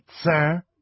sir